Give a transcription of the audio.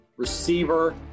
Receiver